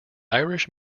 irish